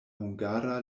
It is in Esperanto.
hungara